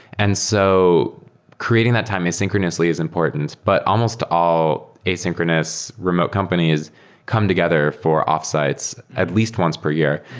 and so creating that time asynchronously is important, but almost all asynchronous remote companies come together for offsites at least once per year.